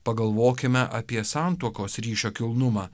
pagalvokime apie santuokos ryšio kilnumą